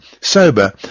sober